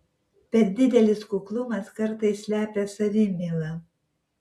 per didelis kuklumas kartais slepia savimylą